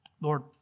Lord